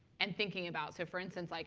and thinking about so for instance, like